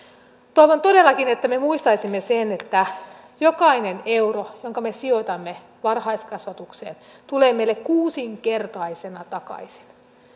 toivon todellakin että me muistaisimme sen että jokainen euro jonka me sijoitamme varhaiskasvatukseen tulee meille kuusinkertaisena takaisin